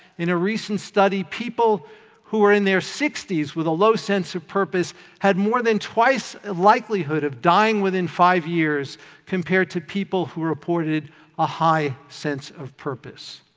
in a recent study, people who are in their sixty s with a low sense of purpose had more than twice the likelihood of dying within five years compared to people who reported a high sense of purpose.